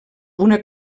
una